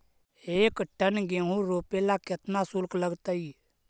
एक टन गेहूं रोपेला केतना शुल्क लगतई?